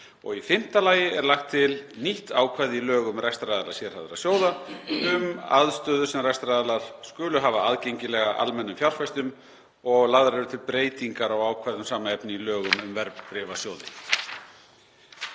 Í fimmta lagi er lagt til nýtt ákvæði í lög um rekstraraðila sérhæfðra sjóða um aðstöðu sem rekstraraðilar skulu hafa aðgengilega almennum fjárfestum og lagðar eru til breytingar á ákvæði um sama efni í lögum um verðbréfasjóði.